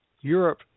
Europe